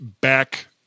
back